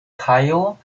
kajo